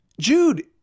Jude